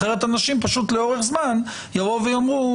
אחרת אנשים פשוט לאורך זמן יבואו ויאמרו